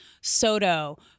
Soto